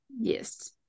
yes